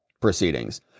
proceedings